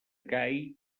gai